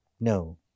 No